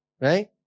right